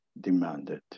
demanded